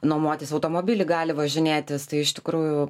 nuomotis automobilį gali važinėtis tai iš tikrųjų